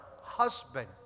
husband